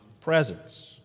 presence